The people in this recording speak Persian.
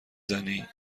زنی